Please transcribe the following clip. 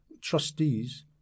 trustees